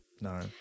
No